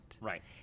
Right